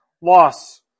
Loss